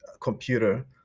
computer